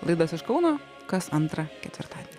laidas iš kauno kas antrą ketvirtadienį